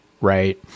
right